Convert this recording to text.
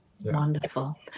Wonderful